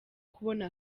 kubona